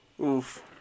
Oof